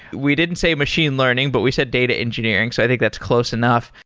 we didn't say machine learning, but we said data engineering. so i think that's close enough.